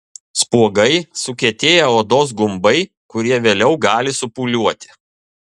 spuogai sukietėję odos gumbai kurie vėliau gali supūliuoti